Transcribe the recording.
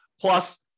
Plus